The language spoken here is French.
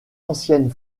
ancienne